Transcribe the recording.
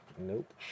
Nope